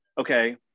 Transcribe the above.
okay